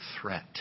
threat